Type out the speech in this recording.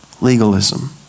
Legalism